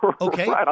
Okay